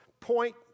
Point